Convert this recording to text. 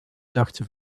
dachten